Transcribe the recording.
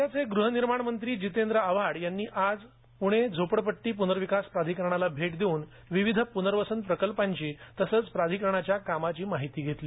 राज्याचे गृहनिर्माण मंत्री जितेंद्र आव्हाड यांनी आज प्णे झोपडपट्टी प्नर्विकास प्राधिकरणाला भेट देऊन विविध प्नर्वसन प्रकल्पांची तसेच प्राधिकरणाच्या कामाची माहिती घेतली